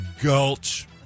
gulch